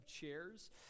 chairs